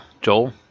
Joel